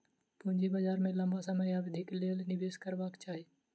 पूंजी बाजार में लम्बा समय अवधिक लेल निवेश करबाक चाही